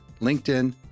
LinkedIn